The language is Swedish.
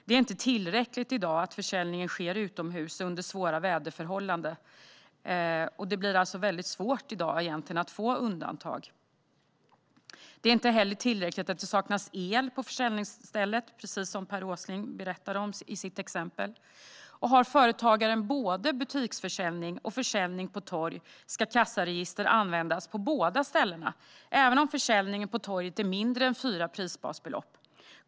Det är inte tillräckligt att försäljningen sker utomhus och under svåra väderförhållanden. Det är alltså väldigt svårt att få undantag. Det är inte heller tillräckligt att det saknas el på försäljningsstället, precis som Per Åsling berättade om i sitt exempel. Har företagaren både butiksförsäljning och försäljning på torg ska kassaregister användas på båda ställena även om försäljningen på torget är mindre än fyra prisbasbelopp.